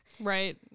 Right